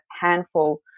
handful